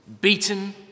beaten